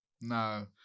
No